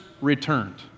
returned